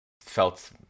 felt